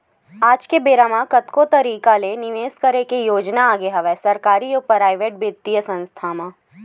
आज के बेरा म कतको तरिका ले निवेस करे के योजना आगे हवय सरकारी अउ पराइेवट बित्तीय संस्था मन म